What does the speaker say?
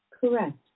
Correct